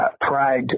pride